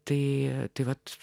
tai vat